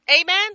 Amen